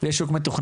יש שוק מתוכנן.